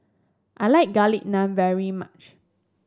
I like Garlic Naan very much